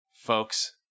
Folks